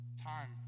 time